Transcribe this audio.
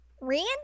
Randy